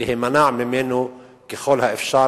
להימנע ממנו ככל האפשר,